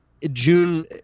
June